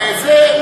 וזה,